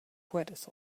puedes